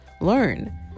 Learn